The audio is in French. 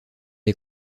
est